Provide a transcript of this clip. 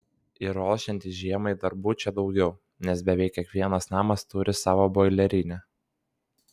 ir ruošiantis žiemai darbų čia daugiau nes beveik kiekvienas namas turi savo boilerinę